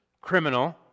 criminal